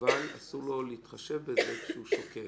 אבל אסור לו להתחשב בזה כשהוא שוקל.